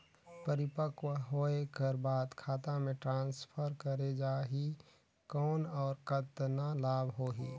परिपक्व होय कर बाद खाता मे ट्रांसफर करे जा ही कौन और कतना लाभ होही?